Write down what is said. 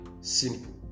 Simple